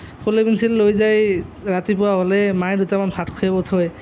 ফলি পেঞ্চিল লৈ যায় ৰাতিপুৱা হ'লে মায়ে দুটামান ভাত খুৱাই পঠিয়াই